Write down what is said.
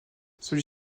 celui